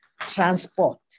transport